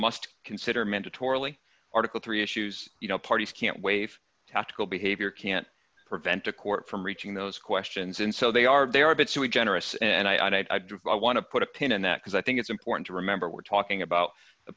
must consider mandatorily article three issues you know parties can't waive tactical behavior can't prevent a court from reaching those questions and so they are they are between generous and i don't want to put a pin in that because i think it's important to remember we're talking about the